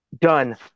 done